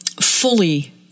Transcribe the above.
fully